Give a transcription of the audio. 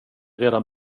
redan